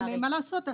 אבל אין מה לעשות,